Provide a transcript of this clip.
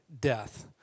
death